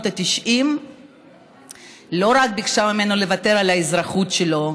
ה-90 לא רק ביקשה ממנו לוותר על האזרחות שלו,